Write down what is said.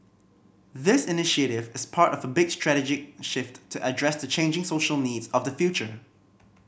this initiative is part of a big strategic shift to address the changing social needs of the future